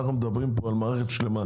אנחנו מדברים פה על מערכת שלמה.